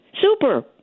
Super